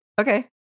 Okay